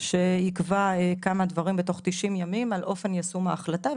שיקבע כמה דברים בתוך 90 ימים על אופן יישום ההחלטה,